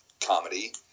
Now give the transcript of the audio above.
comedy